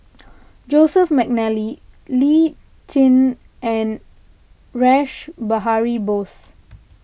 Joseph McNally Lee Tjin and Rash Behari Bose